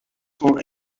for